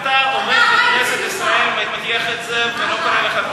עומד בכנסת ישראל, מטיח את זה ולא קורה לך כלום.